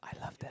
I love that